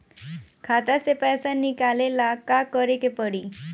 खाता से पैसा निकाले ला का करे के पड़ी?